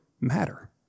matter